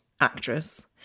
actress